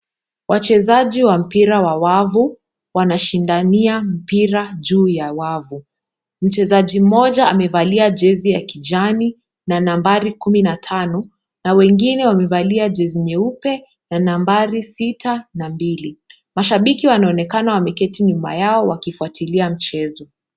Wachezaji wa mpira wa wavu wanashindania mpira juu ya wavu. Mchezaji mmoja amevalia jezi ya kijani na nambari kumi na tano na wengine wamevalia jezi nyeupe na nambari sita na mbili. Mashabiki wanaonekana wameketi nyuma yao wakifuatilia mchezo.